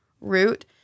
root